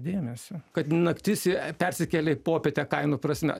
dėmesį kad naktis persikėlė į popietę kainų prasme